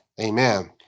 Amen